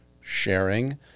sharing